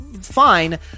fine